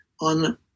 on